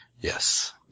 Yes